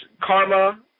Karma